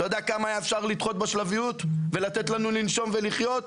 אתה יודע כמה היה אפשר לדחות בשלביות ולאפשר לנו לנשום ולחיות?